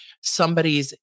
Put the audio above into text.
somebody's